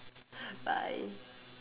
bye